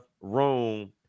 room